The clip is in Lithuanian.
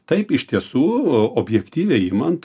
taip iš tiesų objektyviai imant